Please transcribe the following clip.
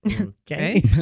Okay